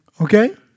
Okay